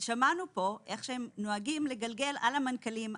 שמענו כאן איך הם נוהגים לגלגל על המנכ"לים,